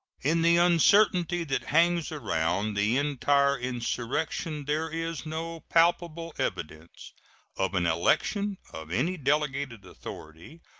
in the uncertainty that hangs around the entire insurrection there is no palpable evidence of an election, of any delegated authority,